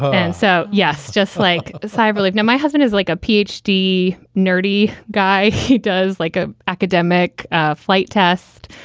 and so, yes, just like a sigh of relief. now, my husband is like a p. h. d. nerdy guy. he does like a academic ah flight test.